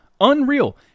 Unreal